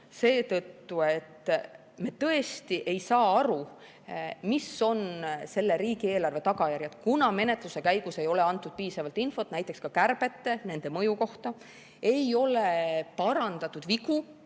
seetõttu, et me tõesti ei saa aru, mis on selle riigieelarve tagajärjed, kuna menetluse käigus ei ole antud piisavalt infot näiteks kärbete ja nende mõju kohta, ei ole parandatud vigu,